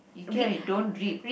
Ikea you don't read